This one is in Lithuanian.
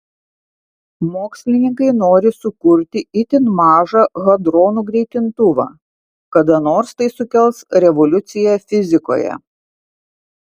mokslininkai nori sukurti itin mažą hadronų greitintuvą kada nors tai sukels revoliuciją fizikoje